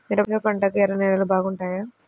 మిరప పంటకు ఎర్ర నేలలు బాగుంటాయా?